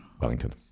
Wellington